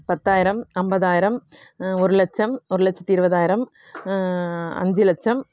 பத்தாயிரம் ஐம்பதாயிரம் ஒரு லட்சம் ஒரு லட்சத்து இருபதாயிரம் அஞ்சு லட்சம்